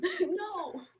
No